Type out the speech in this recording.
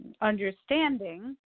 understanding